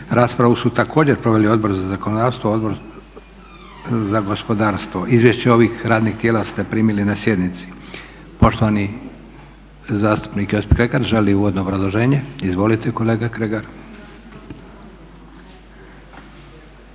Raspravu su također proveli Odbor za zakonodavstvo, Odbor za gospodarstvo. Izvješća ovih radnih tijela ste primili na sjednici. Poštovani zastupnik Josip Kregar želi uvodno obrazloženje. Izvolite kolega Kregar.